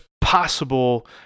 possible